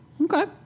Okay